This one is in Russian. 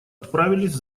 отправились